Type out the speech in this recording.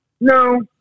No